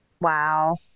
wow